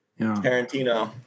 Tarantino